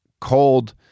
cold